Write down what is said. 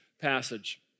passage